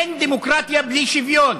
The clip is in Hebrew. אין דמוקרטיה בלי שוויון.